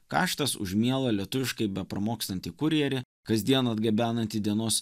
kaštas už mielą lietuviškai bepramokstantį kurjerį kasdien atgabenantį dienos